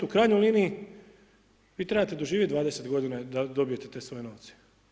U krajnjoj liniji vi trebate doživjeti 20 godina da dobijete te svoje novce.